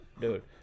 dude